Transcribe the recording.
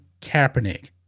Kaepernick